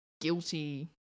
guilty